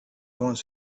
wants